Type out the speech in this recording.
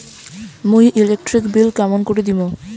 মুই electric bill কেমন করি দিম?